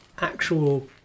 actual